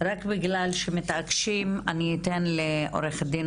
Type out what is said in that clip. רק בגלל שמתעקשים אני אתן לעורכת דין